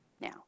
now